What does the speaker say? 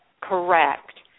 correct